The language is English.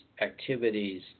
activities